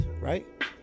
right